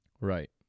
right